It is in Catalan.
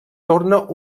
torna